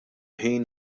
ħin